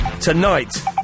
tonight